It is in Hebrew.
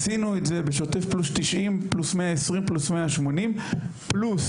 עשינו את זה בשוטף + 90 + 120 + 180. פלוס,